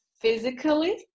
physically